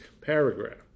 paragraph